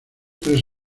tres